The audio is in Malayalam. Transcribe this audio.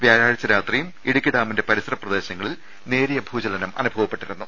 വ്യാഴാഴ്ച രാത്രിയും ഇടുക്കി ഡാമിന്റെ പരിസര പ്രദേശങ്ങളിൽ നേരിയ ഭൂചലനം അനുഭവപ്പെട്ടിരുന്നു